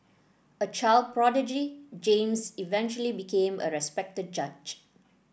a child prodigy James eventually became a respected judge